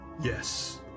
Yes